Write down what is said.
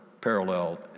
Parallel